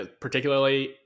particularly